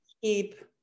keep